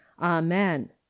amen